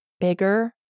bigger